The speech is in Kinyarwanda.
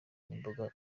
n’imboga